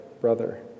brother